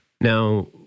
now